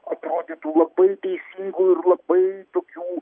savo atrodytų labai teisingų ir labai tokių